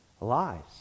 lives